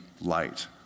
light